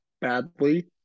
badly